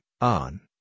ON